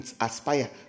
aspire